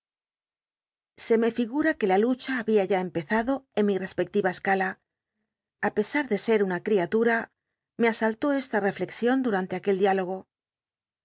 se me figura c ue la lucha babia ya empezado biblioteca nacional de españa da vid copperf ield en mi respectim escala pesar de ser una criatura me asaltó esta tencxion dtll'an tc aquel di